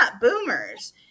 boomers